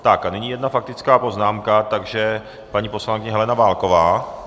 Tak a nyní jedna faktická poznámka, takže paní poslankyně Helena Válková.